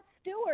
Stewart